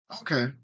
Okay